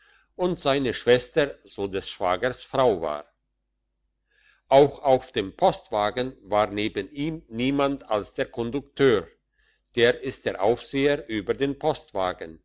und seine schwester so des schwagers frau war auch auf dem postwagen war neben ihm niemand als der kondukteur das ist der aufseher über den